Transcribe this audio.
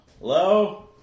hello